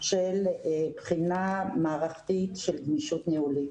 של בחינה מערכתית של גמישות ניהולית.